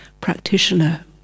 practitioner